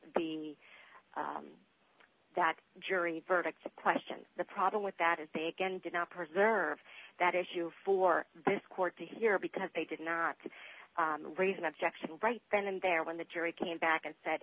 the that jury verdict the question the problem with that is they again did not preserve that issue for this court to hear because they did not raise an objection right then and there when the jury came back and said